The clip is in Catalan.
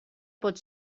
pot